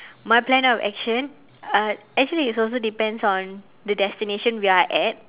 my plan of action uh actually it also depends on the destination we are at